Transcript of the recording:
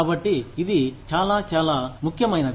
కాబట్టి ఇది చాలా చాలా ముఖ్యమైనది